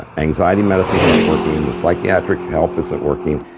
and anxiety medicines aren't working. the psychiatric help isn't working.